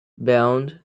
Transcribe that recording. bound